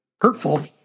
hurtful